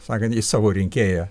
sakant jis savo rinkėją